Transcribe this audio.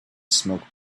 smoke